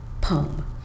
poem